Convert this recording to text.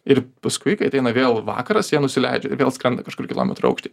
ir paskui kai ateina vėl vakaras jie nusileidžia ir vėl skrenda kažkur kilometro aukšty